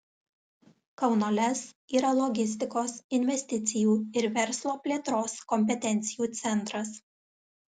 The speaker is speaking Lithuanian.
kauno lez yra logistikos investicijų ir verslo plėtros kompetencijų centras